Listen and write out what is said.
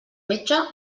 metge